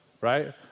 right